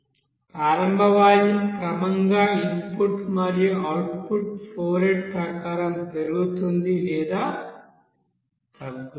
ప్రారంభ వాల్యూమ్ క్రమంగా ఇన్పుట్ మరియు అవుట్పుట్ ఫ్లో రేట్ ప్రకారం పెరుగుతుంది లేదా తగ్గుతుంది